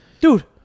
dude